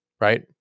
right